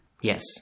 Yes